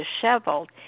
disheveled